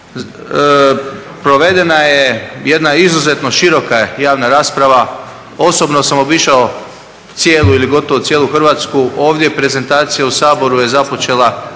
provedena je jedna izuzetno široka javna rasprava. Osobno sam obišao cijelu ili gotovo cijelu Hrvatsku, ovdje prezentacija u Saboru je započela